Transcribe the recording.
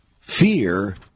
fear